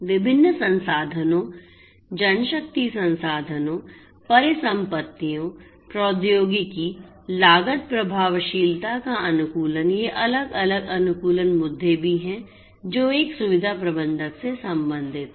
विभिन्न संसाधनों जनशक्ति संसाधनों परिसंपत्तियों प्रौद्योगिकी लागत प्रभावशीलता का अनुकूलन ये अलग अलग अनुकूलन मुद्दे भी हैं जो एक सुविधा प्रबंधक से संबंधित हैं